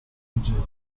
oggetto